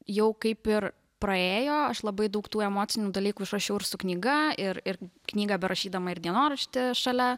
jau kaip ir praėjo aš labai daug tų emocinių dalykų išrašiau ir su knyga ir ir knygą berašydama ir dienoraštį šalia